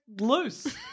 loose